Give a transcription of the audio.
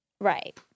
Right